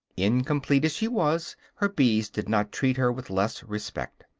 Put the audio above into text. incomplete as she was, her bees did not treat her with less respect.